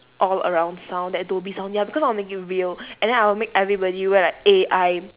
all around sound that dhoby sound ya because I want it to make it real and then I'll make everybody wear like A_I